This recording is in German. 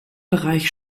bereich